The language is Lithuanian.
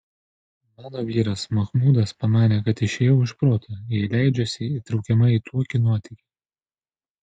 mano vyras machmudas pamanė kad išėjau iš proto jei leidžiuosi įtraukiama į tokį nuotykį